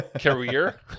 career